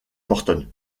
morton